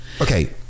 okay